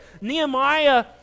Nehemiah